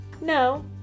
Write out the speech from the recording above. No